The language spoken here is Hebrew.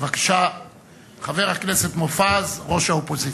בתפקידי כיושב-ראש תנועת קדימה הנבחר וכיושב-ראש האופוזיציה.